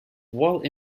while